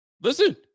Listen